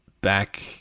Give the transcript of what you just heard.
back